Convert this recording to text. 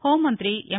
హోంమంగ్రి ఎం